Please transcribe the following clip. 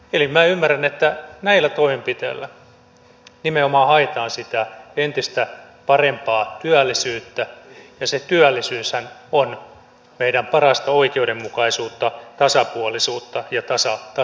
minä ymmärrän että näillä toimenpiteillä nimenomaan haetaan sitä entistä parempaa työllisyyttä ja se työllisyyshän on meillä parasta oikeudenmukaisuutta tasapuolisuutta ja tasa arvoa